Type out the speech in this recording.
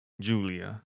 Julia